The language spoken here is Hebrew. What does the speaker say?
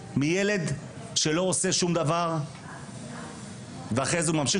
מילד שלא עושה שום דבר ואחרי זה הוא ממשיך